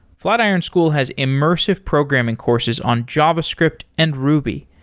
flatiron school has immersive programming courses on javascript and ruby,